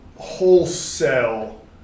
wholesale